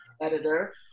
editor